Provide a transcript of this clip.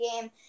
game